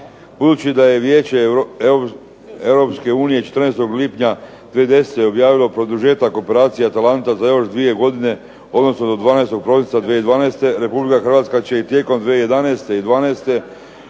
Budući da je Vijeće Europske unije 14. lipnja 2010. objavilo produžetak operacije Atalanta za još dvije godine, odnosno do 12. prosinca 2012. Republika Hrvatska će i tijekom 2011. i 2012.